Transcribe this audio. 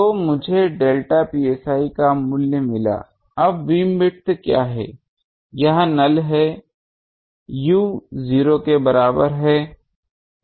तो मुझे delta psi का मूल्य मिला अब बीमविड्थ क्या है यह नल है u 0 के बराबर है